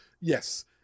Yes